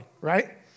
right